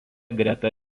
greta